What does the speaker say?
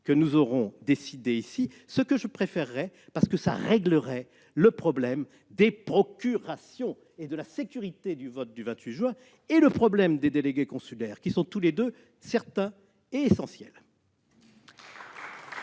dont nous aurons décidé ici, ce que je préférerais, parce que cela réglerait le problème des procurations et de la sécurité du vote du 28 juin et celui des délégués consulaires, ces deux problèmes étant, eux, certains et essentiels.